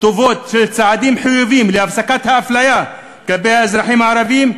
טובות של צעדים חיוביים להפסקת האפליה כלפי האזרחים הערבים,